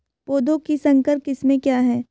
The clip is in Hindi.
पौधों की संकर किस्में क्या हैं?